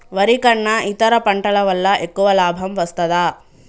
వరి కన్నా ఇతర పంటల వల్ల ఎక్కువ లాభం వస్తదా?